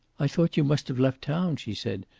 i thought you must have left town, she said.